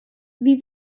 wie